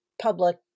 public